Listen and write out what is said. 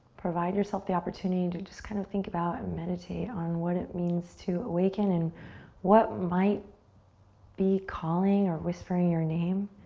provide yourself the opportunity to just kind of think about and meditate on what it means to awaken, and what might be calling or whispering your name